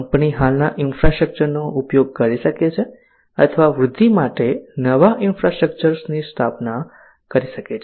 company હાલના ઇન્ફ્રાસ્ટ્રક્ચરનો ઉપયોગ કરી શકે છે અથવા વૃદ્ધિ માટે નવા ઇન્ફ્રાસ્ટ્રક્ચરની સ્થાપના કરી શકે છે